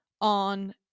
on